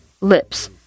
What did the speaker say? lips